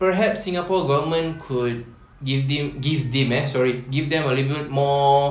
perhaps singapore government could give them give them eh sorry give them a little bit more